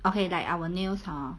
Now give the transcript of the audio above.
okay like our nails hor